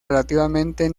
relativamente